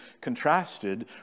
contrasted